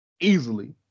easily